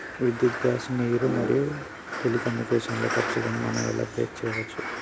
విద్యుత్ గ్యాస్ నీరు మరియు టెలికమ్యూనికేషన్ల ఖర్చులను మనం ఎలా ట్రాక్ చేయచ్చు?